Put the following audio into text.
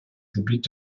gebiet